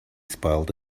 spoiled